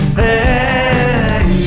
hey